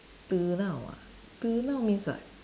ah means what